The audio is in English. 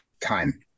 time